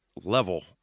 level